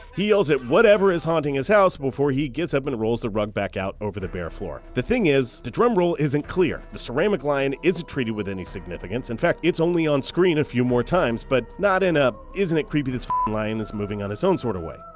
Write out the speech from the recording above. he yells at whatever is haunting his house before he gets up and rolls the rug back out over the bare floor. the thing is, the drum roll isn't clear. the ceramic lion isn't treated with any significance. in fact, it's only on screen a few more times, but not in a isn't it creepy this lion is moving on its own sort of way.